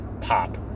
pop